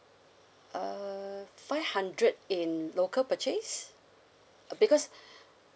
err five hundred in local purchase uh because